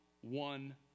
one